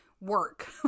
work